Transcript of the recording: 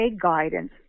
guidance